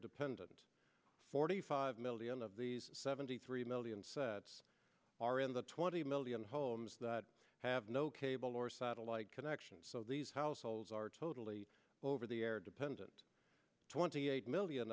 dependent forty five million of these seventy three million sets are in the twenty million homes that have no cable or satellite connections so these households are totally over the air dependent twenty eight